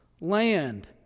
land